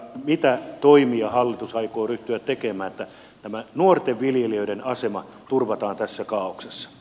mitä toimia hallitus aikoo ryhtyä tekemään että tämä nuorten viljelijöiden asema turvataan tässä kaaoksessa